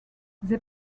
they